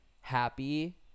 happy